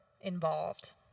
involved